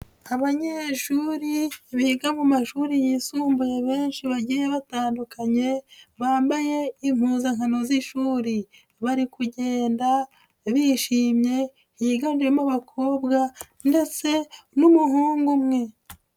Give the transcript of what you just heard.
Abanyeshuri biga mu mashuri yisumbuye benshi bagiye batandukanye, bambaye impuzankano z'ishuri. Bari kugenda bishimye, higanjemo abakobwa ndetse n'umuhungu umwe.